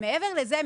מעבר לזה,